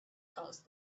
caused